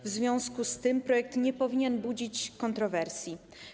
W związku z tym projekt nie powinien budzić kontrowersji.